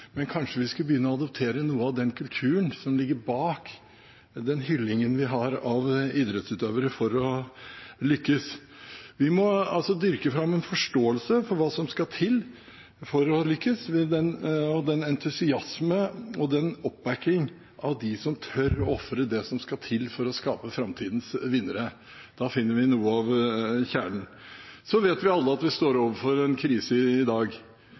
men kanskje vi skal begynne å adoptere noe av den kulturen som ligger bak den hyllingen vi har av idrettsutøvere, for å lykkes. Vi må dyrke fram en forståelse for hva som skal til for å lykkes, og en entusiasme og oppbacking av dem som tør å ofre det som skal til for å skape framtidas vinnere. Da finner vi noe av kjernen. Så vet vi alle at vi står overfor en krise i dag,